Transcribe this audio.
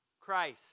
Christ